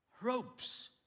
ropes